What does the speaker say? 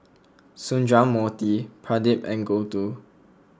Sundramoorthy Pradip and Gouthu